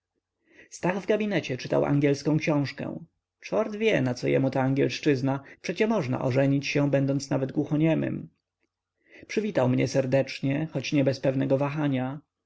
stach w gabinecie czytał angielską książkę czort wie naco jemu ta angielszczyzna przecie można ożenić się będąc nawet głuchoniemym przywitał mnie serdecznie chociaż nie bez pewnego wahania